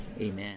Amen